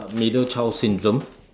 middle child syndrome